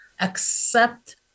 accept